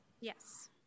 Yes